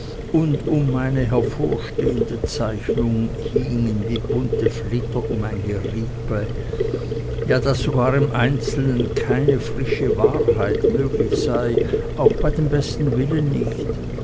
und um meine hervorstechende zeichnung hingen wie bunte flitter um ein gerippe ja daß sogar im einzelnen keine frische wahrheit möglich sei auch bei dem besten willen nicht